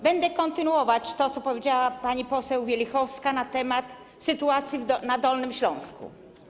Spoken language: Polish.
Będę kontynuować to, co powiedziała pani poseł Wielichowska na temat sytuacji na Dolnym Śląsku.